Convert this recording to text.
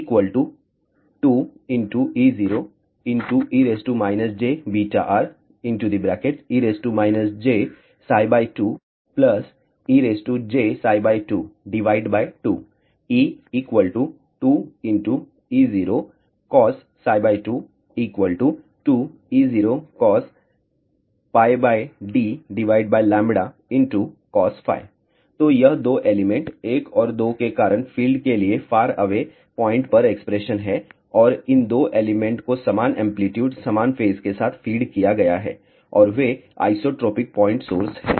E2Eoe jβre j2ej22 E2Eocos22Eocosπdcos तो यह 2 element 1 और 2 के कारण फील्ड के लिए फार अवे पॉइंट पर एक्सप्रेशन है और इन दोनों एलिमेंट को समान एंप्लीट्यूड समान फेज के साथ फीड किया गया है और वे आइसोट्रोपिक पॉइंट सोर्स हैं